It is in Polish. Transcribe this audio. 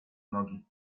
nogi